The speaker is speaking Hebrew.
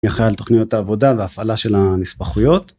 יחיה על תוכניות העבודה והפעלה של הנספחויות.